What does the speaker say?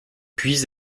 puis